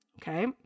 Okay